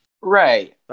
right